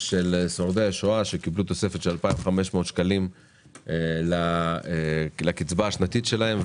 של שורדי השואה והם קיבלו תוספת של 2,500 שקלים לקצבה השנתית שלהם,